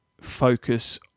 focus